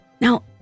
Now